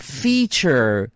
feature